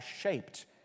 shaped